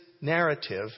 narrative